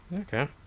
Okay